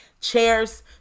chairs